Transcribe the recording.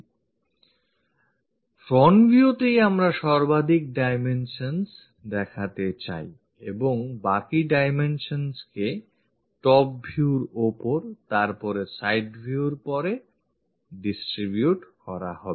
front viewতেই আমরা সর্বাধিক dimensions দেখাতে চাই এবং বাকি dimensionsকে top view র ওপর তারপরে side view র পরে distribute করা হবে